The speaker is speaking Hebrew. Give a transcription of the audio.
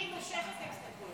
אני מושכת את ההסתייגויות.